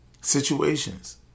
situations